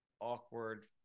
awkward